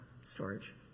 storage